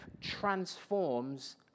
transforms